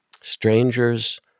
Strangers